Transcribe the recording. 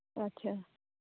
ᱟᱪᱪᱷᱟ